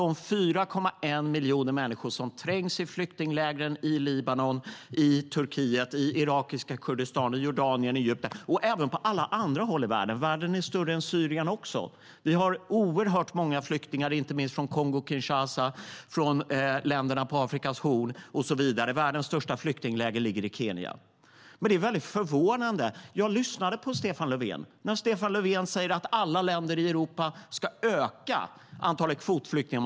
Det finns 4,1 miljoner människor som trängs i flyktinglägren i Libanon, Turkiet, irakiska Kurdistan, Jordanien, Egypten och på alla andra håll i världen. Världen är större än Syrien. Vi har oerhört många flyktingar inte minst från Kongo-Kinshasa, från länderna på Afrikas horn och så vidare. Världens största flyktingläger finns i Kenya. Jag lyssnade på Stefan Löfven och blev förvånad. Stefan Löfven säger att alla länder i Europa ska ta emot ett ökat antal kvotflyktingar.